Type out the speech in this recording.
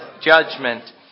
judgment